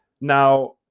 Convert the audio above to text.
now